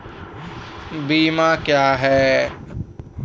बीमा क्या हैं?